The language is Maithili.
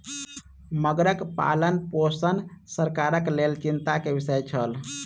मगरक पालनपोषण सरकारक लेल चिंता के विषय छल